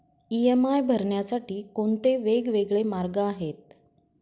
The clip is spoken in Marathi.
इ.एम.आय भरण्यासाठी कोणते वेगवेगळे मार्ग आहेत?